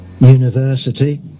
university